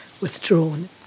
withdrawn